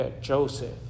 Joseph